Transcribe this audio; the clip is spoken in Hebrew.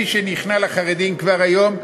מי שנכנע לחרדים כבר היום,